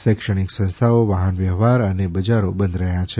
શૈક્ષણિક સંસ્થાઓ વાહન વ્યવહાર અને બજારો બંધ રહ્યા છે